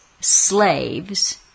slaves